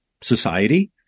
society